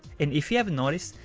and if you have noticed,